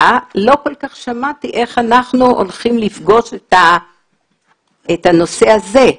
שלא כל כך שמעתי איך אנחנו הולכים לפגוש את הנושא הזה.